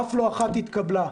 אף לא אחת התקבלה,